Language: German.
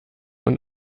und